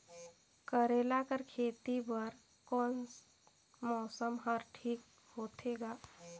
करेला कर खेती बर कोन मौसम हर ठीक होथे ग?